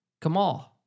Kamal